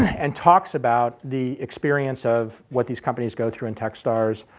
and talks about the experience of, what these companies go through in techstars.